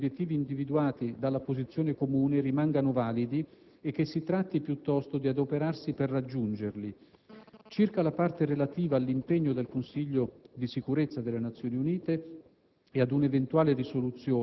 Per questo riteniamo che gli obiettivi individuati dalla posizione comune rimangano validi e che si tratti piuttosto di adoperarsi per raggiungerli. Circa la parte relativa all'impegno del Consiglio di Sicurezza delle Nazioni Unite